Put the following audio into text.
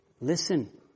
listen